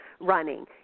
running